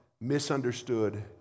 misunderstood